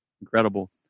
incredible